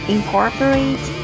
Incorporate